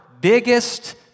biggest